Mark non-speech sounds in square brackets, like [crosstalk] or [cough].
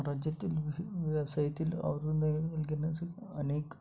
राज्यातील व्यवसाय व्यवसायातील [unintelligible] अनेक